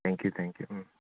thank you thank you um